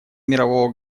мирового